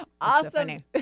awesome